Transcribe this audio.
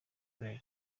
claire